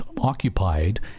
occupied